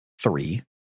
three